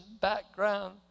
background